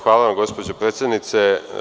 Hvala, gospođo predsednice.